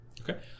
Okay